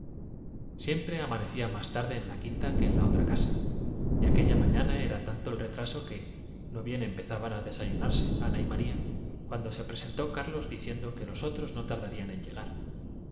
siempre amanecía más tarde en la quinta que en la otra casa y aquella mañana era tanto el retraso que no bien empezaban a desayunarse ana y maría cuando se presentó carlos diciendo que los otros no tardarían en llegar